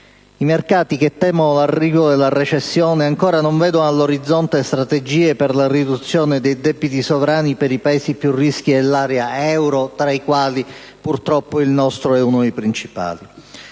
I mercati, che temono l'arrivo della recessione, ancora non vedono all'orizzonte strategie per la riduzione dei debiti sovrani per i Paesi più a rischio dell'area dell'euro tra i quali, purtroppo, il nostro è uno dei principali.